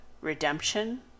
redemption